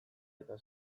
eta